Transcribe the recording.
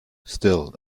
still